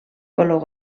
color